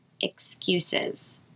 excuses